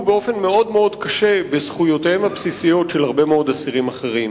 באופן מאוד קשה בזכויותיהם הבסיסיות של הרבה מאוד אסירים אחרים.